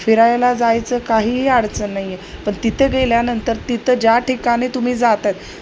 फिरायला जायचं काहीही अडचण नाहीये पण तितं गेल्यानंतर तितं ज्या ठिकाणी तुम्ही जाताय